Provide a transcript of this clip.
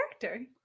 character